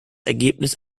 ergebnis